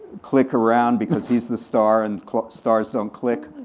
click around because he's the star, and stars don't click,